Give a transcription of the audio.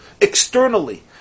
externally